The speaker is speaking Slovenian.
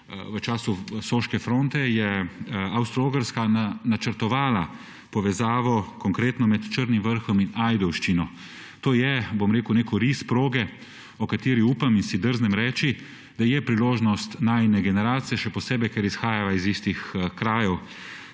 v času Soške fronte je Avstro-Ogrska načrtovala povezavo, konkretno med Črnim Vrhom in Ajdovščino. To je, bom rekel, nek oris proge, o kateri upam in si drznem reči, da je priložnost najine generacije, še posebej, ker izhajava iz istih krajev.